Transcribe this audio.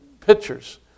pictures